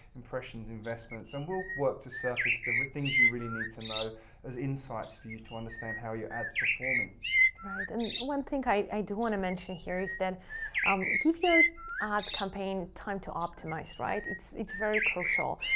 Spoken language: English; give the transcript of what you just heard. impressions, investments. and we'll work to surface the things you really need to know as insights for you to understand how your ad's performing. alex right. and one thing i do want to mention here is that um give your ad campaign time to optimize, right? it's it's very crucial.